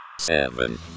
seven